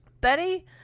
Betty